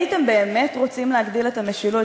הייתם באמת רוצים להגדיל את המשילות,